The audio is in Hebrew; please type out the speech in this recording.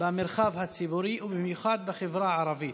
במרחב הציבורי ובמיוחד בחברה הערבית